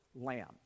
lamb